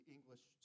English